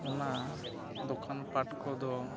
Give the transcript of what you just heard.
ᱚᱱᱟ ᱫᱚᱠᱟᱱ ᱯᱟᱴ ᱠᱚᱫᱚ